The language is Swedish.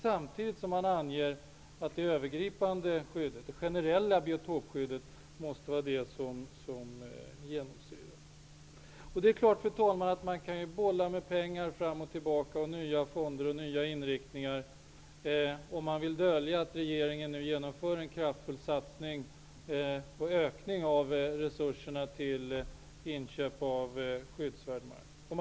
Samtidigt anges att det övergripande, generella, biotopskyddet måste vara det som genomsyrar det hela. Fru talman! Det är klart att man kan bolla med pengar fram och tillbaka eller med nya fonder och nya inriktningar, om man vill dölja att regeringen nu genomför en kraftfull satsning och även ökning av resurserna till inköp av skyddsvärd mark.